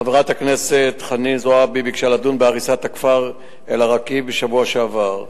חברת הכנסת חנין זועבי ביקשה לדון בהריסת הכפר אל-עראקיב בשבוע שעבר.